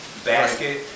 basket